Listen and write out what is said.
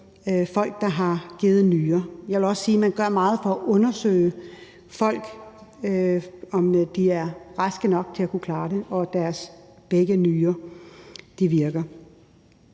folk, der har givet en nyre. Jeg vil også sige, at man gør meget for at undersøge folk, altså om de er raske nok til at kunne klare det, og om begge deres nyrer virker.